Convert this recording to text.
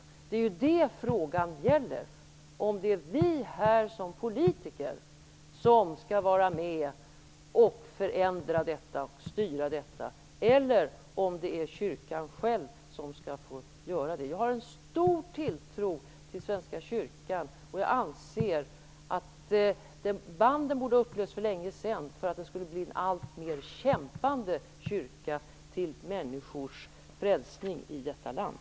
Det är det frågan gäller. Är det vi som politiker som skall vara med och förändra och styra detta eller är det kyrkan själv som skall få göra det? Jag har en stor tilltro till Svenska kyrkan och jag anser att banden borde ha lösts för länge sedan för att den skulle bli en alltmer kämpande kyrka, till människors frälsning i detta land.